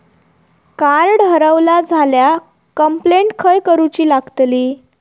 Card हरवला झाल्या complaint खय करूची लागतली?